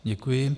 Děkuji.